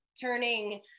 turning